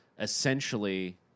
essentially